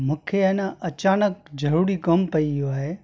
मूंखे आहे न अचानक ज़रूरी कमु पई वियो आहे